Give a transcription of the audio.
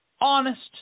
honest